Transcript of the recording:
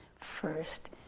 first